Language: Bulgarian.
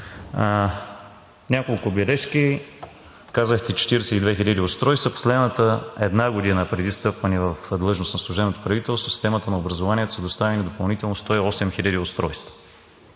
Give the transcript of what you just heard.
Няколко бележки. Казахте: 42 хиляди устройства. В последната една година преди встъпване в длъжност на служебното правителство, в системата на образованието са доставени допълнително 108 хиляди устройства.